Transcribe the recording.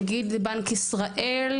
נגיד בנק ישראל,